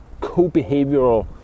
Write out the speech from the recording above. co-behavioral